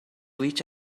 with